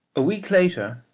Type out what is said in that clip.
a week later,